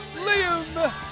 Liam